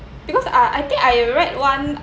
because I I think I read [one]